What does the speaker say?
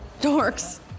dorks